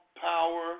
power